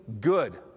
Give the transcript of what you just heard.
good